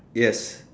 yes